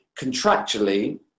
contractually